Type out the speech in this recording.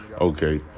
Okay